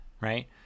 right